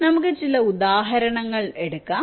ഇനി നമുക്ക് ചില ഉദാഹരണങ്ങൾ എടുക്കാം